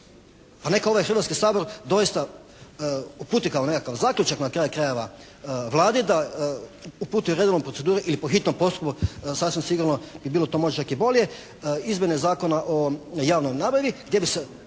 A neka ovaj Hrvatski sabor doista uputi kao nekakav zaključak na kraju krajeva Vladi da uputi u redovnu proceduru ili po hitnom postupku sasvim sigurno bi bilo to možda čak i bolje izmjene Zakona o javnoj nabavi gdje bi se